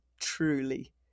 truly